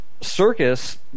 Circus